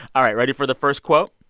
all right. ready for the first quote?